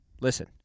listen